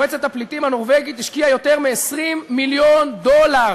"מועצת הפליטים הנורבגית" השקיעה יותר מ-20 מיליון דולר,